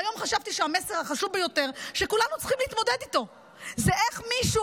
והיום חשבתי שהמסר החשוב ביותר שכולנו צריכים להתמודד איתו זה איך מישהו